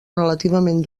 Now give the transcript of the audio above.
relativament